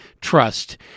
Trust